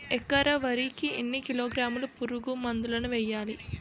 ఎకర వరి కి ఎన్ని కిలోగ్రాముల పురుగు మందులను వేయాలి?